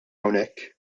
hawnhekk